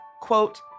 quote